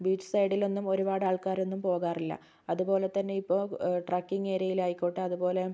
beach സൈഡിലൊന്നും ഒരുപാട് ആൾക്കാരൊന്നും പോകാറില്ല അതുപോലെത്തന്നെ ഇപ്പോൾ ട്രക്കിങ് എരിയയിലായിക്കോട്ടെ അതുപോലെ